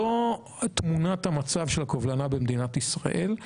זו תמונת המצב של הקובלנה במדינת ישראל.